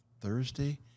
thursday